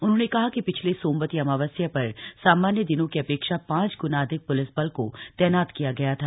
उन्होंने कहा कि पिछले सोमवती अमावस्या पर सामान्य दिनों की अपेक्षा पांच ग्ना अधिक प्लिस बल को तैनात किया गया था